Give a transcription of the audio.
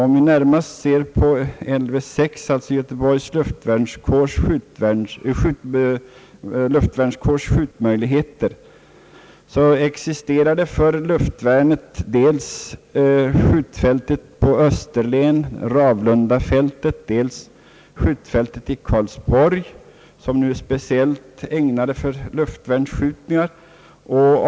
Om vi närmast ser på Lv 6 — alltså Göteborgs luftvärnskårs — skjutmöjlighe ter, finns dels skjutfältet på Österlen, Ravlundafältet, dels skjutfältet i Karlsborg, som ju är speciellt ägnade för luftvärnsskjutningar.